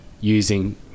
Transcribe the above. using